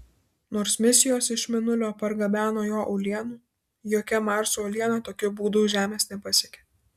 nors misijos iš mėnulio pargabeno jo uolienų jokia marso uoliena tokiu būdu žemės nepasiekė